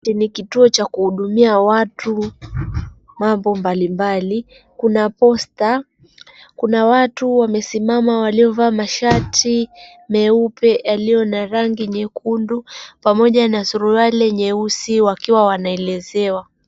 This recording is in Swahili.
Hiki ni kituo cha kuhudumia watu mambo mbalimbali, kuna posta kuna watu wamesimama waliovaa mashati meupe yaliyo na rangi nyekundu pamoja na suruali nyeusi wakiwa wanaelezewa.